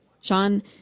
Sean